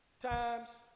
times